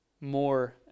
more